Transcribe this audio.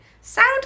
sound